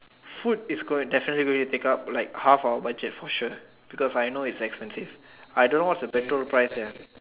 food is good definitely going to take up like half of our budget for sure because I know is expensive I don't know what is the petrol price there